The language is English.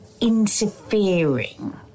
interfering